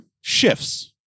shifts